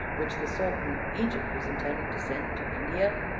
which the sultan of egypt was intending to send to india?